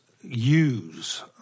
use